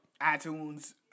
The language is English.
iTunes